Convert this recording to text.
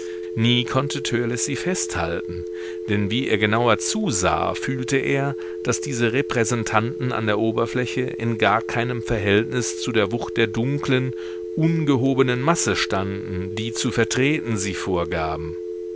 nie konnte törleß sie festhalten denn wie er genauer zusah fühlte er daß diese repräsentanten an der oberfläche in gar keinem verhältnis zu der wucht der dunklen ungehobenen masse standen die zu vertreten sie vorgaben